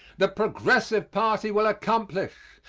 the progressive party will accomplish.